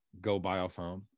GoBioFoam